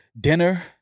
Dinner